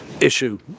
issue